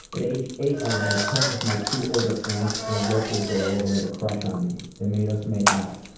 at age eight, i was in a tent with my two older aunts and a local girl who had a crush on me. they made us make out.